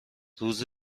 روز